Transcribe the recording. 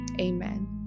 Amen